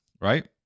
right